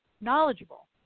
knowledgeable